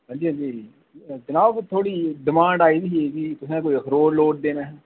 अंजी अंजी जनाब थुआढ़ी कुदै डिमांड आई दी ही की तुसें अखरोट लोड़दे न